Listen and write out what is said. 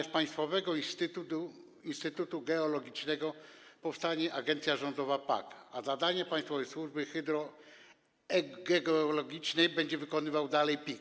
Obok Państwowego Instytutu Geologicznego powstanie agencja rządowa, PAG, a zadania państwowej służby hydrogeologicznej będzie wykonywał dalej PIG.